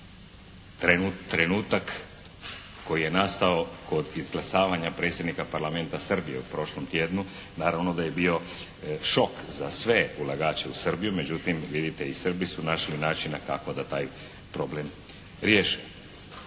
Trenutak koji je nastao kod izglasavanja predsjednika parlamenta Srbije u prošlom tjednu, naravno da je bio šok za sve ulagače u Srbiju, međutim vidite i Srbi su našli načina kako da taj problem riješe.